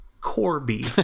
Corby